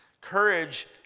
Courage